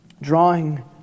Drawing